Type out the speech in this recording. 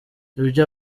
ibyo